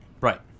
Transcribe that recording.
Right